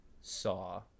Saw